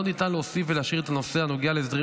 לא ניתן להוסיף ולהשאיר את הנושא הנוגע להסדרים